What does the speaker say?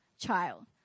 child